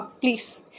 please